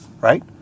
right